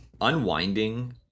Unwinding